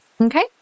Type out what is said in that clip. Okay